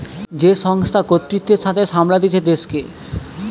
যে সংস্থা কর্তৃত্বের সাথে সামলাতিছে দেশকে